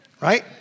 right